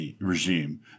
regime